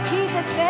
Jesus